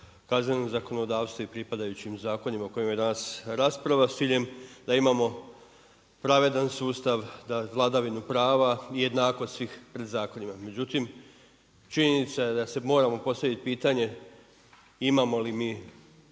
kaznenom zakonodavstvu i pripadajućim zakonima o kojima je danas rasprava s ciljem da imamo pravedan sustav, vladavinu prava i jednakost svih pred zakonima. Međutim, činjenica je da si moramo postaviti pitanje imamo li mi